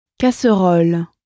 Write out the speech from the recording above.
Casserole